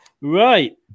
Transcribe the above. Right